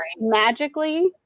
magically